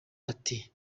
ati